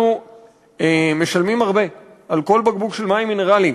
אנחנו משלמים הרבה על כל בקבוק של מים מינרליים,